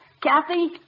Kathy